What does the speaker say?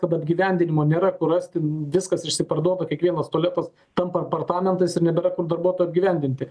bet apgyvendinimo nėra kur rasti viskas išsiparduoda kiekvienas tualetas tampa apartamentais ir nebėra kur darbuotojo apgyvendinti